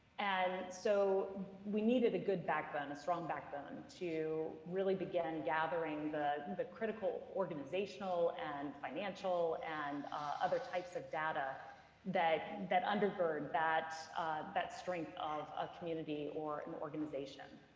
and so we needed a good backbone, a strong backbone, to really begin gathering the the critical organizational and financial and other types of data that that undergird that that strength of a community or an organization.